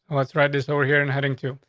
let's write this over here and heading to.